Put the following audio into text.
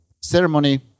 ceremony